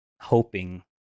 hoping